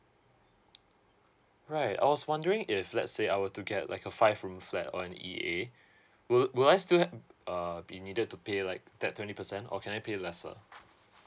right I was wondering if let's say I were to get like a five room flat on E_A will will I still ha~ uh be needed to pay like that twenty percent or can I pay lesser